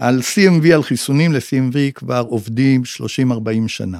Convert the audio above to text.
על CMV, על חיסונים ל-CMV כבר עובדים 30-40 שנה.